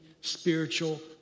spiritual